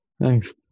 Thanks